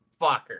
fucker